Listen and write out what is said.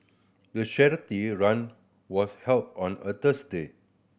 the charity run was held on a Thursday